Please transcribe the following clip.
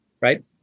right